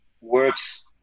works